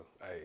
Hey